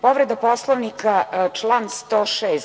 Povreda Poslovnika, član 106.